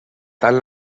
tant